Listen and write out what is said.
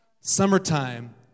Summertime